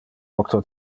octo